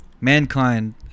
Mankind